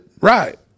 Right